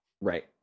Right